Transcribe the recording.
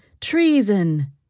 Treason